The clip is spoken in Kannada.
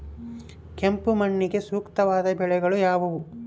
ಕೆಂಪು ಮಣ್ಣಿಗೆ ಸೂಕ್ತವಾದ ಬೆಳೆಗಳು ಯಾವುವು?